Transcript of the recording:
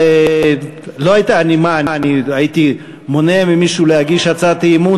אני הייתי מונע ממישהו להגיש הצעת אי-אמון